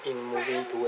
in moving towards